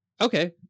okay